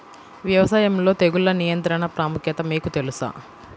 వ్యవసాయంలో తెగుళ్ల నియంత్రణ ప్రాముఖ్యత మీకు తెలుసా?